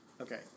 okay